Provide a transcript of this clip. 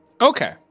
Okay